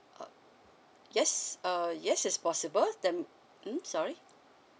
uh yes err yes is possible is the mm sorry